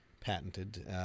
patented